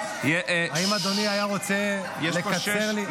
האם אדוני היה רוצה לקצר לי מזמני?